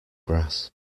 grass